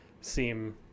seem